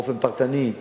באופן פרטני,